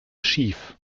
schief